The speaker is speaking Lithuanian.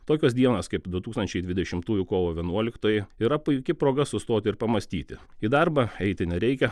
tokios dienos kaip du tūkstančiai dvidešimtųjų kovo vienuoliktoji yra puiki proga sustoti ir pamąstyti į darbą eiti nereikia